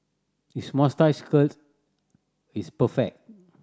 his moustache curl is perfect